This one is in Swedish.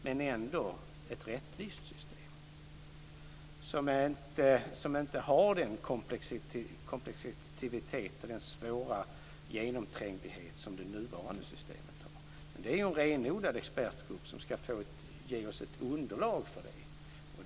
Det ska vara ett rättvist system men inte så komplext och svårgenomträngligt som det nuvarande systemet är. Men det är en renodlad expertgrupp som ska ge oss ett underlag för det.